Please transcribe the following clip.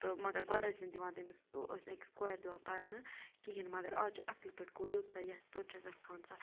تہٕ مگر گۄڈٕ ٲسۍ نہٕ دِوان تٔمِس ٲسۍ نہٕ أکِس کورِ دِوان پَرنہٕ کِہیٖنۍ مگر اَز چھِ اَصٕل پٲٹھۍ گوٚو یوٚت سۄ یَژھِ توٚت چھےٚ گژھان سۄ